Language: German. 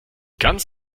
ganz